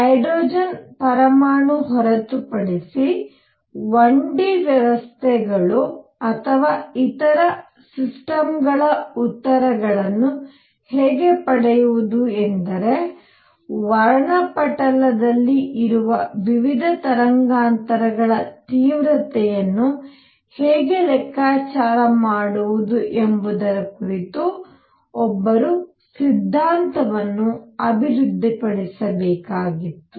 hydrogen ಪರಮಾಣು ಹೊರತುಪಡಿಸಿ 1 D ವ್ಯವಸ್ಥೆಗಳು ಅಥವಾ ಇತರ ಸಿಸ್ಟಮ್ಗಳ ಉತ್ತರಗಳನ್ನು ಹೇಗೆ ಪಡೆಯುವುದು ಎಂದರೆ ವರ್ಣಪಟಲದಲ್ಲಿ ಇರುವ ವಿವಿಧ ತರಂಗಾಂತರಗಳ ತೀವ್ರತೆಯನ್ನು ಹೇಗೆ ಲೆಕ್ಕಾಚಾರ ಮಾಡುವುದು ಎಂಬುದರ ಕುರಿತು ಒಬ್ಬರು ಸಿದ್ಧಾಂತವನ್ನು ಅಭಿವೃದ್ಧಿಪಡಿಸಬೇಕಾಗಿತ್ತು